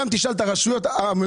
גם אם תשאל את הרשויות החלשות,